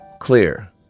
clear